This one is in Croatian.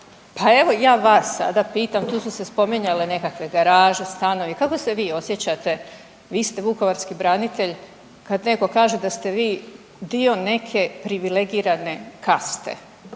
Pa evo ja vas sada pitam, tu su se spominjale nekakve garaže, stanovi. Kako se vi osjećate? Vi ste vukovarski branitelj. Kad netko kaže da ste vi dio neke privilegirane kaste